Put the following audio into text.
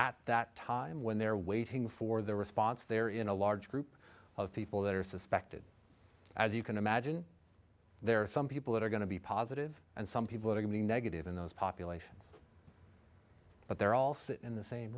at that time when they're waiting for their response there in a large group of people that are suspected as you can imagine there are some people that are going to be positive and some people are going negative in those populations but they're all sit in the same